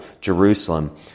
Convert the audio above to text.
Jerusalem